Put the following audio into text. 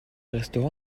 restaurant